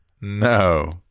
No